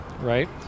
right